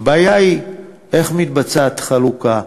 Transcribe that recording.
הבעיה היא איך נעשית החלוקה,